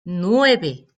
nueve